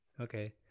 Okay